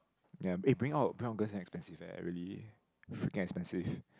ya eh bring out bring out girls damn expensive eh really freaking expensive